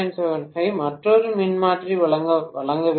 75 மற்றொரு மின்மாற்றி வழங்க வேண்டும்